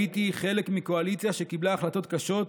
הייתי חלק מהקואליציה שקיבלה החלטות קשות,